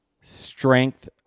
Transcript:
strength